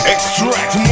Extract